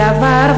בעבר,